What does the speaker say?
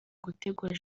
gutegura